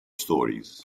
stories